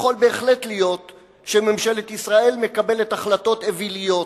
יכול בהחלט להיות שממשלת ישראל מקבלת החלטות אוויליות,